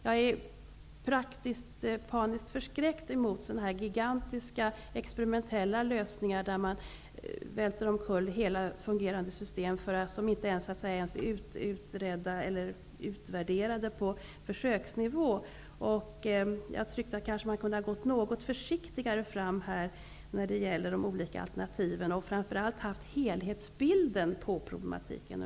Jag är paniskt förskräckt inför gigantiska experimentella lösningar, där man välter omkull hela fungerande system som inte ens är utvärderade på försöksnivå. Jag tycker att man här kunde ha gått något försiktigare fram när det gäller de olika alternativen och framför allt haft en helhetssyn på problematiken.